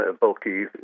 bulky